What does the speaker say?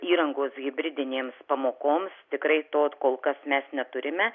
įrangos hibridinėms pamokoms tikrai tad kol kas mes neturime